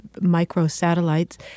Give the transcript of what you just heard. micro-satellites